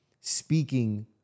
speaking